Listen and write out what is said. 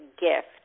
gift